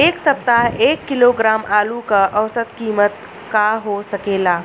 एह सप्ताह एक किलोग्राम आलू क औसत कीमत का हो सकेला?